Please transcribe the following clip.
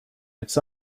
its